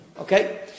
Okay